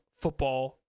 football